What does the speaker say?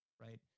right